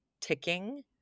ticking